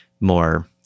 more